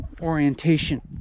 orientation